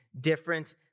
different